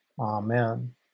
Amen